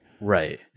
Right